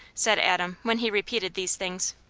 said adam when he repeated these things.